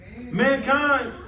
Mankind